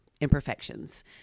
imperfections